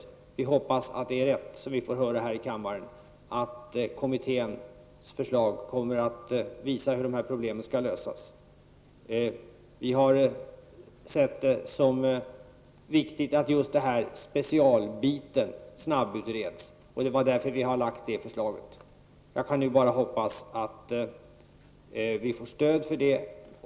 Vi hoppas att det som vi här får höra i kammaren är rätt om att kommitténs förslag kommer att visa hur dessa problem skall lösas. Vi anser att det är viktigt att just den här specialbiten snabbutreds. Därför har vi lagt fram vårt förslag. Jag kan nu bara hoppas att vi får stöd för det.